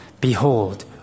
Behold